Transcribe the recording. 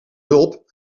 hulp